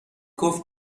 گفت